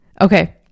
Okay